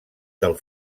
del